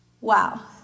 Wow